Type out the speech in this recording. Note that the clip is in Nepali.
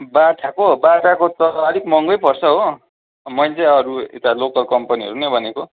बाटाको बाटाको त अलिक महँगै पर्छ हो मैले चाहिँ अरू यता लोकल कम्पनीहरू नै भनेको